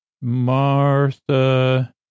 Martha